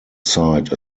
side